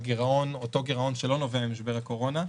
באותו גירעון שלא נובע ממשבר הקורונה.